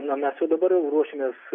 na mes jau dabar ruošiamės